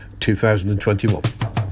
2021